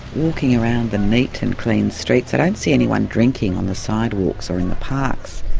walking around the neat and clean streets i don't see anyone drinking on the sidewalks or in the parks,